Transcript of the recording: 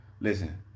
Listen